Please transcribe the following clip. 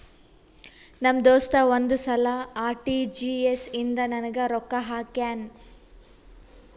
ನಮ್ ದೋಸ್ತ ಒಂದ್ ಸಲಾ ಆರ್.ಟಿ.ಜಿ.ಎಸ್ ಇಂದ ನಂಗ್ ರೊಕ್ಕಾ ಹಾಕ್ಯಾನ್